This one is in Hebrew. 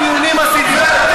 דיונים עשיתי,